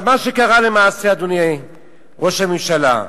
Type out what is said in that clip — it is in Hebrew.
מה שקרה למעשה, אדוני ראש הממשלה,